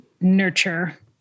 nurture